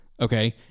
Okay